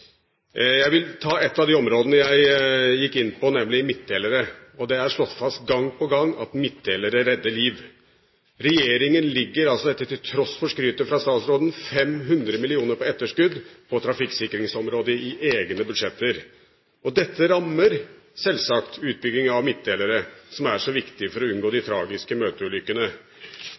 Jeg vil ta et av de områdene jeg gikk inn på, nemlig midtdelere. Det er slått fast gang på gang at midtdelere redder liv. Regjeringen ligger altså, til tross for skrytet fra statsråden, 500 mill. kr på etterskudd på trafikksikringsområdet i egne budsjetter. Dette rammer selvsagt utbygging av midtdelere, som er så viktig for å unngå de tragiske møteulykkene.